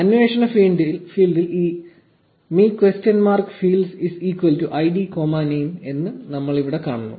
അന്വേഷണ ഫീൽഡിൽ ഈ me question mark fields is equal to id comma name എന്ന് നമ്മൾ ഇവിടെ കാണുന്നു